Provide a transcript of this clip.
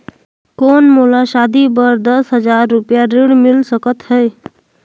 कौन मोला शादी बर दस हजार रुपिया ऋण मिल सकत है?